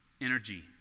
energy